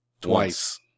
Twice